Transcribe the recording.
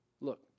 Look